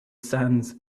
sands